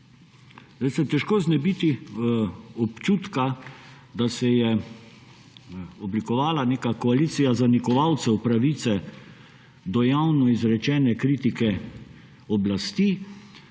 Težko se je znebiti občutka, da se je oblikovala neka koalicija zanikovalcev pravice do javno izrečene kritike oblasti.